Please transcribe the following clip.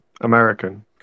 American